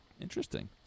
Interesting